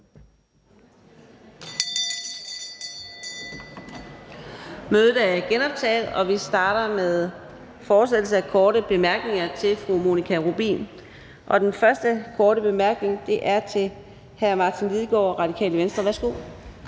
Mødet er genoptaget. Vi fortsætter med korte bemærkninger til fru Monika Rubin, og den første korte bemærkning er fra hr. Martin Lidegaard, Radikale Venstre. Værsgo.